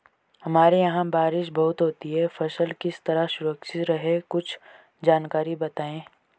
हमारे यहाँ बारिश बहुत होती है फसल किस तरह सुरक्षित रहे कुछ जानकारी बताएं?